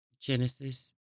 Genesis